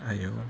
!aiyo!